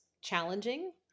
challenging